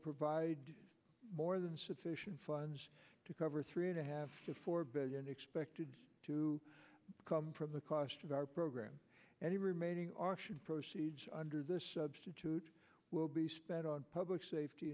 provide more than sufficient funds to cover three and a half to four billion expected to come from the cost of our program and the remaining are should proceeds under this substitute will be spent on public safety